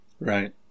Right